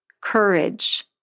courage